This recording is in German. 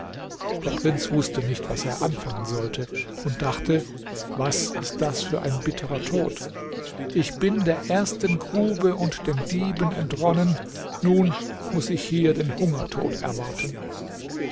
der prinz wußte nicht was er anfangen sollte und dachte was ist das für ein bitterer tod ich bin der ersten grube und den dieben entronnen nun muß ich hier den hungertod erwarten